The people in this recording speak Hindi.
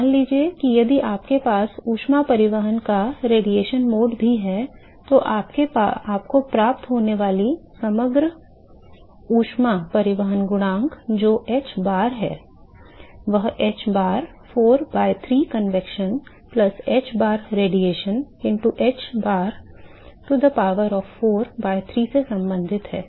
तो मान लीजिए कि यदि आपके पास ऊष्मा परिवहन का विकिरण मोड भी है तो आपको प्राप्त होने वाला समग्र ऊष्मा परिवहन गुणांक जो hbar है वह hbar 4 by 3 convection plus hbar radiation into hbar to the power of 4 by 3 से संबंधित है